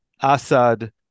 Assad